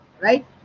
right